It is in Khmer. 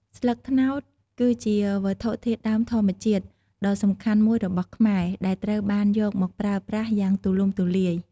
ស្លឹកត្នោតគឺជាវត្ថុធាតុដើមធម្មជាតិដ៏សំខាន់មួយរបស់ខ្មែរ ដែលត្រូវបានយកមកប្រើប្រាស់យ៉ាងទូលំទូលាយ។